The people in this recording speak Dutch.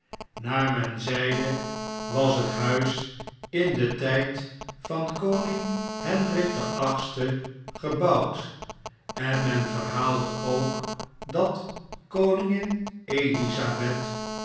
naar men zeide was het huis in den tijd van koning hendrik viii gebouwd en men verhaalde k dat koningin elisabeth